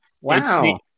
Wow